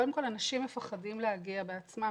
קודם כל אנשים מפחדים להגיע בעצמם,